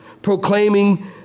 proclaiming